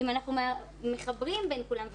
אם אנחנו מחברים בין כולם,